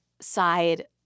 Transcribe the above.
side